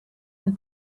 and